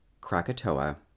Krakatoa